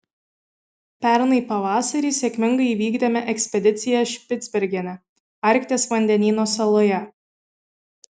pernai pavasarį sėkmingai įvykdėme ekspediciją špicbergene arkties vandenyno saloje